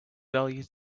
value